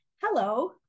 hello